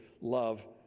love